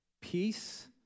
Peace